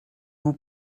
vous